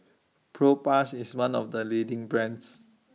Propass IS one of The leading brands